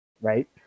right